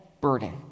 burden